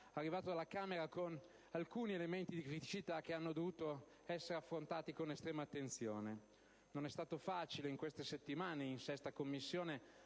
arrivato dalla Camera con alcuni elementi di criticità, che hanno dovuto essere affrontati con estrema attenzione. Non è stato facile in queste settimane in 6a Commissione